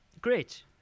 great